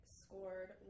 scored